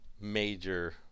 major